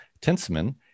Tinsman